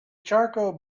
charcoal